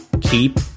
keep